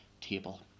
table